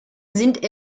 sind